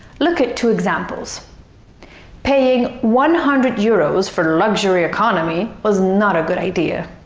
look at two examples paying one hundred euros for luxury economy was not a good idea!